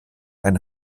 ein